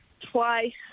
twice